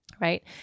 Right